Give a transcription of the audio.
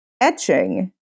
Etching